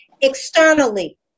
externally